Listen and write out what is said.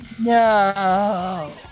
No